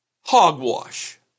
Hogwash